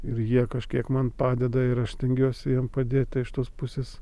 ir jie kažkiek man padeda ir aš stengiuosi jiem padėt tai iš tos pusės